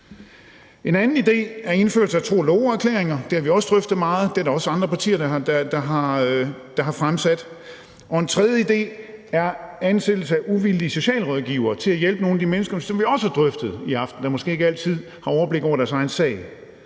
En anden idé er indførelse af tro og love-erklæringer. Det har vi også drøftet meget, og det er der også andre partier, der har fremsat tanker om. En tredje idé er ansættelse af uvildige socialrådgivere til at hjælpe nogle af de mennesker, som vi også har drøftet i aften måske ikke altid har overblik over deres egen sag.